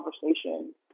conversation